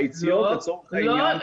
ביציאות לצורך העניין --- לא.